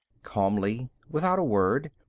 calmly, without a word,